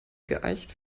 geeicht